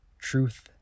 truth